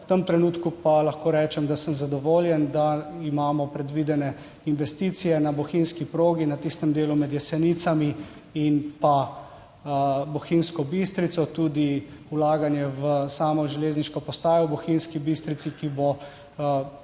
V tem trenutku pa lahko rečem, da sem zadovoljen, da imamo predvidene investicije na Bohinjski progi, na tistem delu med Jesenicami in pa Bohinjsko Bistrico, tudi vlaganje v samo železniško postajo v Bohinjski Bistrici, ki bo dovolj